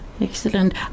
Excellent